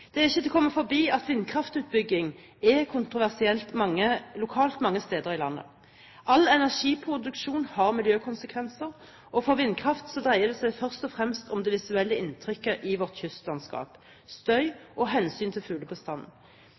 Det er ikke til å komme forbi at vindkraftutbygging er kontroversielt lokalt mange steder i landet. All energiproduksjon har miljøkonsekvenser, og for vindkraft dreier det seg først og fremst om det visuelle inntrykket i vårt kystlandskap, støy og hensynet til